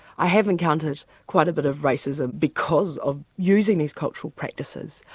i have encountered quite a bit of racism because of using these cultural practices.